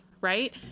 right